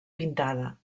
pintada